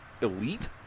elite